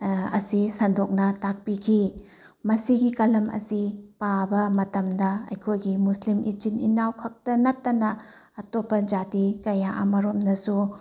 ꯑꯁꯤ ꯁꯟꯗꯣꯛꯅ ꯇꯥꯛꯄꯤꯈꯤ ꯃꯁꯤꯒꯤ ꯀꯂꯝ ꯑꯁꯤ ꯄꯥꯕ ꯃꯇꯝꯗ ꯑꯩꯈꯣꯏꯒꯤ ꯃꯨꯁꯂꯤꯝ ꯏꯆꯤꯟ ꯏꯅꯥꯎꯈꯛꯇ ꯅꯠꯇꯅ ꯑꯇꯣꯞꯄ ꯖꯥꯇꯤ ꯀꯌꯥ ꯑꯃꯔꯣꯝꯅꯁꯨ